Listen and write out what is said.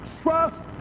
trust